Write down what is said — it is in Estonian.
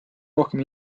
rohkem